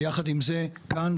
ויחד עם זה כאן,